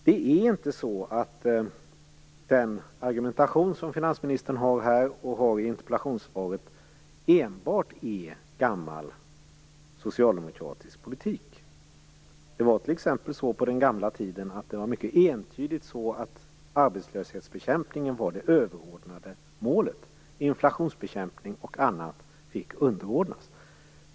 Det är inte så att finansministerns argumentation här och i interpellationssvaret enbart är gammal socialdemokratisk politik. På den gamla tiden var det t.ex. entydigt så att arbetslöshetsbekämpningen var det överordnade målet. Inflationsbekämpning och annat fick underordnas.